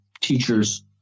teacher's